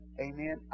Amen